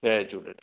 Jay Jhulelal